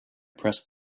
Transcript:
pressed